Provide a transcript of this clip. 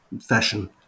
fashion